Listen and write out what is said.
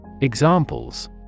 Examples